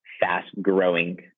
fast-growing